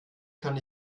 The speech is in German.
kann